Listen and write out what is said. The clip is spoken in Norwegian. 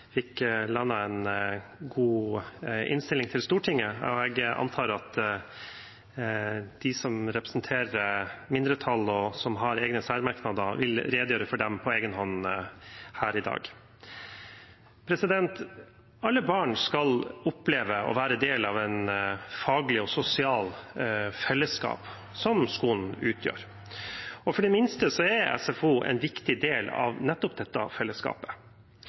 fikk landet en god innstilling til Stortinget. Jeg antar at de som representerer mindretallet, og som har egne særmerknader, vil redegjøre for dem på egen hånd her i dag. Alle barn skal oppleve å være del av et faglig og sosialt fellesskap – som skolen utgjør. For de minste er SFO en viktig del av nettopp dette fellesskapet.